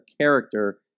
character